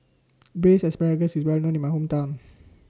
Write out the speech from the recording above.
Braised Asparagus IS Well known in My Hometown